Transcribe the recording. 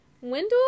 Wendell